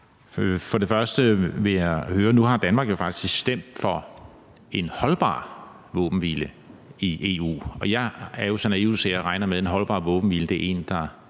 Det er bare lige to ting. Nu har Danmark faktisk stemt for en holdbar våbenhvile i EU, og jeg er jo så naiv, at jeg regner med, at en holdbar våbenhvile er en, der